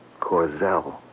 Corzell